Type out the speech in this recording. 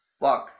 Look